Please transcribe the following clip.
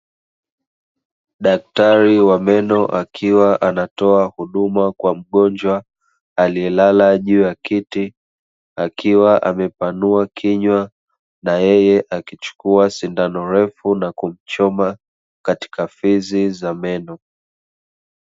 Daktari wa meno akiwa anatoa huduma kwa mgonjwa, aliyelala juu ya kiti, akiwa amepanua kinywa, na yeye akichukua sindano refu na kumchoma, katika fizi za meno.